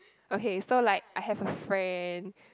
okay so like I have a friend